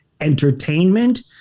entertainment